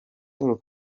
paul